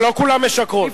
לא, לא כולן משקרות.